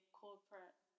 corporate